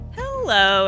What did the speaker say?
hello